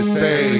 say